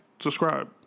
Subscribe